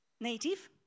native